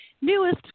newest